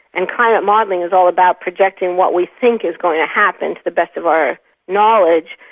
and climate modelling is all about projecting what we think is going to happen, to the best of our knowledge.